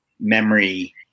memory